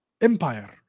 empire